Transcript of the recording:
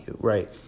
right